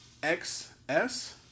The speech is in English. XS